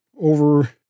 over